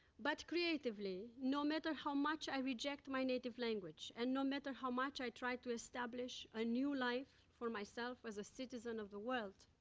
but creatively no matter how much i reject my native language and no matter how much i try to establish a new life for myself as a citizen of the world,